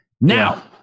Now